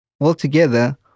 Altogether